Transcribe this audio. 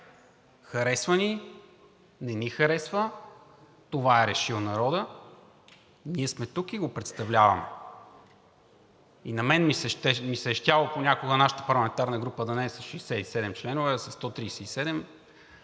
Харесва ни, не ни харесва – това е решил народът. Ние сме тук и го представляваме. И на мен ми се е искало понякога нашата парламентарна група да не е с 67 членове, а със 137,